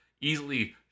easily